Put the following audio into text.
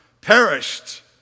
perished